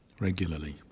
regularly